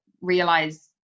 realize